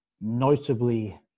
notably